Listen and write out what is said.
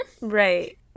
Right